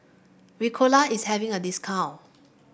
Ricola is having a discount